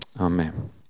Amen